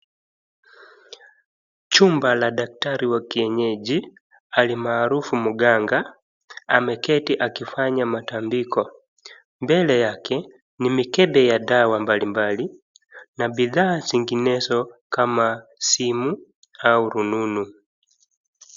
Chumba la daktari wa kienyeji, almaarufu mganga ameketi akifanya matandiko. Mbele yake ni mikebe ya dawa mbalimbali na bidhaa zinginezo kama simu au rununu.